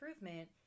improvement